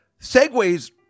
Segways